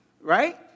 Right